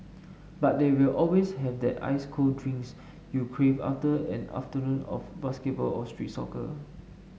but they will always have that ice cold drinks you crave after an afternoon of basketball or street soccer